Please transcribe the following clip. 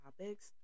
topics